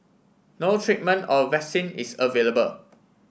no treatment or vaccine is available